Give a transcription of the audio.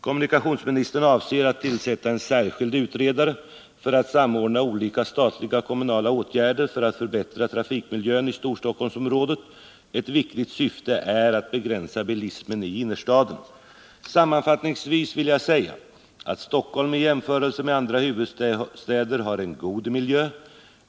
Kommunikationsministern avser att tillsätta en särskild utredare, som skall samordna olika statliga och kommunala åtgärder för att förbättra trafikmiljön i Storstockholmsområdet. Ett viktigt syfte är att begränsa bilismen i innerstaden. Sammanfattningsvis vill jag säga att Stockholm i jämförelse med andra huvudstäder har en god miljö.